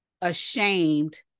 ashamed